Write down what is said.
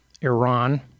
Iran